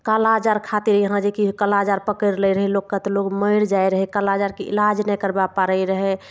कालाजार खातिर यहाँ जे कि कालाजार पकड़ि लै रहय लोकके तऽ लोग मरि जाइ रहय कालाजारके इलाज नहि करबा पाइ रहय